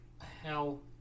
hell